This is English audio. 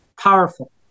powerful